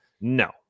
No